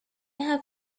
have